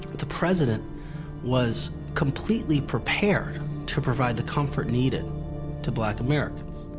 the president was completely prepared to provide the comfort needed to black americans.